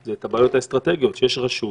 זה את הבעיות האסטרטגיות, שיש רשות